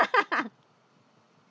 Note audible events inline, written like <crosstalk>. <laughs>